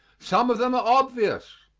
some of them are obvious.